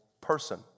person